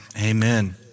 amen